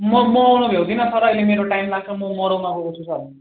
म म आउन भ्याउँदिनँ सर मेरो टाइम लाग्छ अहिले म मरौमा गएको छु सर